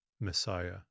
Messiah